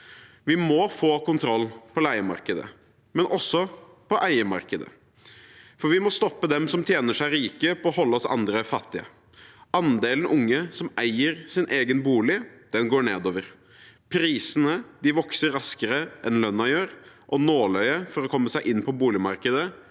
Vi må få kontroll på leiemarkedet, men også på eiemarkedet. Vi må stoppe dem som tjener seg rike på å holde oss andre fattige. Andelen unge som eier sin egen bolig, går nedover. Prisene vokser raskere enn lønnen gjør, og nåløyet for å komme seg inn på boligmarkedet